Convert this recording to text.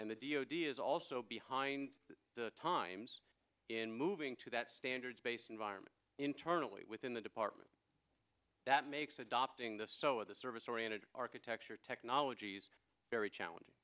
and the d o d is also behind the times in moving to that standards based environment internally within the department that makes adopting this so of the service oriented architecture technology's very challenging